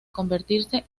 convertirse